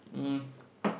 um